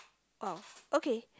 orh okay